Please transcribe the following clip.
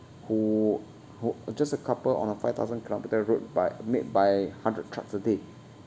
who who just a couple on a five thousand kilometre route by made by hundred trucks a day